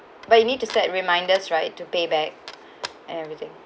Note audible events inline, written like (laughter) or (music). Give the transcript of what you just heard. but you need to set reminders right to pay back (breath) everything